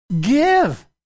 Give